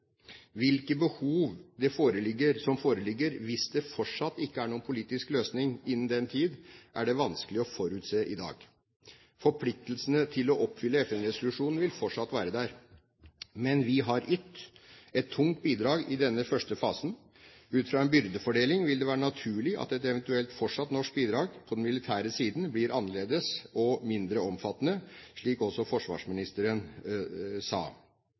Hvilke behov som foreligger hvis det fortsatt ikke er noen politisk løsning innen den tid, er vanskelig å forutse i dag. Forpliktelsene til å oppfylle FN-resolusjonen vil fortsatt være der. Men vi har ytt et tungt bidrag i denne første fasen. Ut fra en byrdefordeling vil det være naturlig at et eventuelt fortsatt norsk bidrag på den militære siden blir annerledes og mindre omfattende, slik også forsvarsministeren sa.